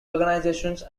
organisations